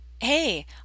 hey